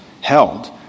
held